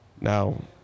Now